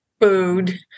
food